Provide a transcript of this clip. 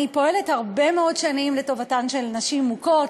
אני פועלת הרבה מאוד שנים לטובתן של נשים מוכות,